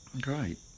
Great